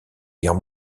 guerre